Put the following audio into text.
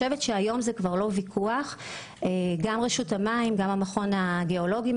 אין ויכוח, גם רשות המים וגם המכון הגיאולוגי,